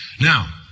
Now